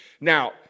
Now